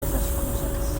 excuses